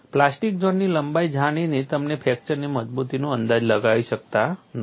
plastic ઝોનની લંબાઈ જાણીને તમે ફ્રેક્ચરની મજબૂતીનો અંદાજ લગાવી શકતા નથી